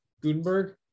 Gutenberg